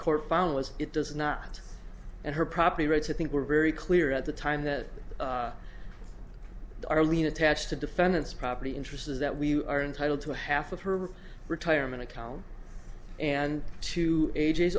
court found was it does not and her property rights i think were very clear at the time that arlene attached the defendant's property interests is that we are entitled to half of her retirement account and two ages